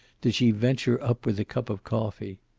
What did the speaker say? did she venture up with a cup of coffee.